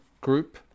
group